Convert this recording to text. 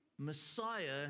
Messiah